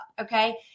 okay